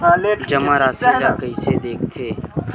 जमा राशि ला कइसे देखथे?